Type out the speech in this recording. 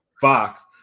Fox